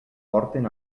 porten